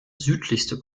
südlichste